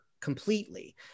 completely